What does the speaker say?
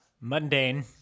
mundane